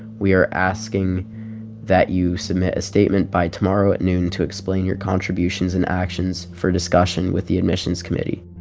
we are asking that you submit a statement by tomorrow at noon to explain your contributions and actions for discussion with the admissions committee